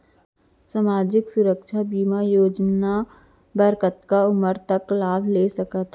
सामाजिक सुरक्षा बीमा योजना बर कतका उमर तक लाभ ले सकथन?